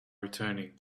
returning